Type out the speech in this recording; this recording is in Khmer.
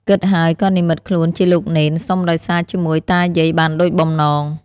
គិតហើយ ក៏និម្មិតខ្លួនជាលោកនេន សុំដោយសារជាមួយតាយាយបានដូចបំណង ។